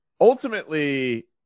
ultimately